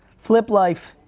flip life,